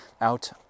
out